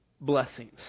blessings